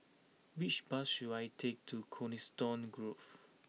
which bus should I take to Coniston Grove